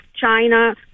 China